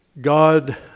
God